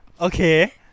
Okay